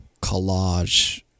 collage